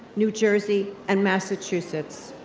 new jersey, and massachusets.